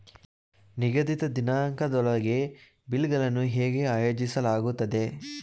ನಿಗದಿತ ದಿನಾಂಕದೊಳಗೆ ಬಿಲ್ ಗಳನ್ನು ಹೇಗೆ ಆಯೋಜಿಸಲಾಗುತ್ತದೆ?